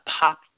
pop